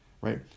right